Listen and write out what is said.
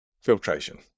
Filtration